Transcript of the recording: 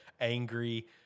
angry